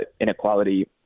inequality